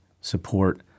support